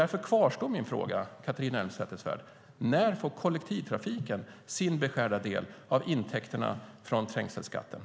Därför kvarstår min fråga, Catharina Elmsäter-Svärd. När får kollektivtrafiken sin beskärda del av intäkterna från trängselskatten?